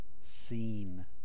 seen